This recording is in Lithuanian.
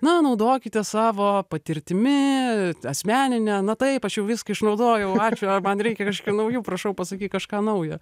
na naudokitės savo patirtimi asmenine na taip aš jau viską išnaudojau ačiū ar man reikia kažkokių naujų prašau pasakyk kažką naujo